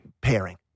pairing